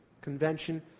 Convention